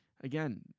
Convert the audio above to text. Again